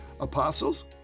apostles